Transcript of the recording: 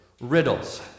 riddles